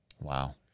Wow